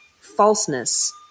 falseness